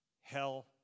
hell